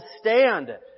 stand